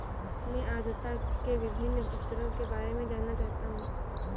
मैं आर्द्रता के विभिन्न स्तरों के बारे में जानना चाहता हूं